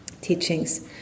teachings